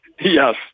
Yes